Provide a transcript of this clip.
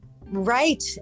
right